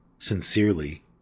Sincerely